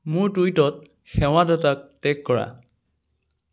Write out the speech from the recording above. মোৰ টুইটত সেৱাদাতাক টেগ কৰা